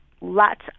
lots